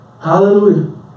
Hallelujah